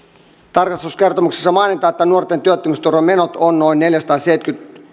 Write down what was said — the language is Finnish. tarkastuskertomuksessa mainitaan että nuorten työttömyysturvan menot ovat noin neljäsataaseitsemänkymmentä